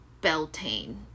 beltane